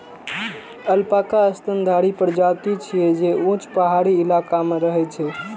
alpaca स्तनधारी प्रजाति छियै, जे ऊंच पहाड़ी इलाका मे रहै छै